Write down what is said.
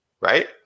right